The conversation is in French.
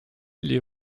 les